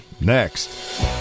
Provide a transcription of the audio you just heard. next